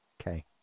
Okay